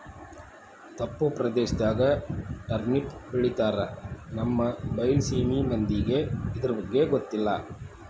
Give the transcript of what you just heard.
ತಪ್ಪು ಪ್ರದೇಶದಾಗ ಟರ್ನಿಪ್ ಬೆಳಿತಾರ ನಮ್ಮ ಬೈಲಸೇಮಿ ಮಂದಿಗೆ ಇರ್ದಬಗ್ಗೆ ಗೊತ್ತಿಲ್ಲ